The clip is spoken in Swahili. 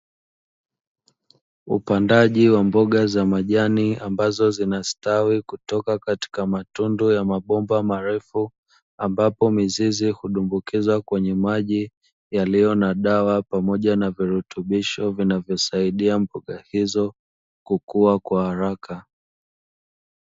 Upandaji wa mboga za majani ambazo zinastawi kutoka katika matundu ya mabomba marefu, ambapo mizizi hutumbukizwa kwenye maji yaliyo na dawa pamoja na virutubisho vinavyosaidia mboga hizo kukua kwa haraka.